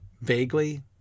vaguely